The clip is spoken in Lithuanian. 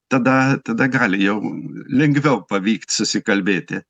tada tada gali jau lengviau pavykt susikalbėti